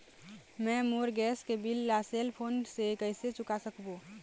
मैं मोर गैस के बिल ला सेल फोन से कइसे चुका सकबो?